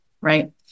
right